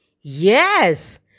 Yes